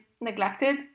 neglected